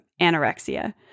anorexia